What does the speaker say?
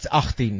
18